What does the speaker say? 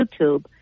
YouTube